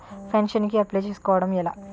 Pension కి apply చేసుకోవడం ఎలా?